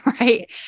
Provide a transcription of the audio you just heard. Right